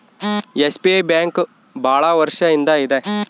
SBI bank ಭಾಳ ವರ್ಷ ಇಂದ ಇದೆ